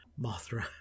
Mothra